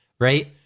right